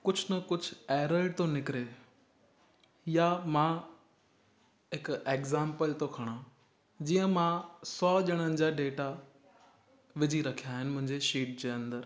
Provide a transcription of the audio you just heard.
कुझु न कुझु एरर थो निकिरे या मां हिकु एग्ज़ामपल थो खणा जीअं मां सौ ॼणनि जा डेटा विझी रखिया आहिनि मुंहिंजी शीट जे अंदरि